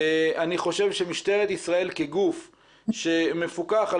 אני חושב שמשטרת ישראל כגוף שמפוקח על